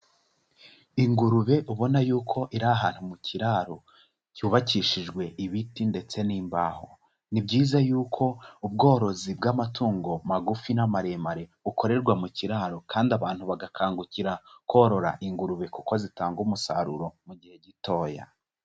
Ingurube ubona yuko irahara mu kiraro cyubakishijwe ibiti ndetse n'imbaho. Ni byiza yuko, ubworozi bw'amatungo magufi n'amaremare, bukorerwa mu kiraro kandi abantu bagakangukira korora ingurube kuko zitanga umusaruro mu gihe gitoya.